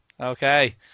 Okay